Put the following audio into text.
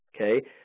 okay